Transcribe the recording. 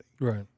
Right